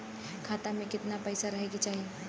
खाता में कितना पैसा रहे के चाही?